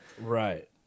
Right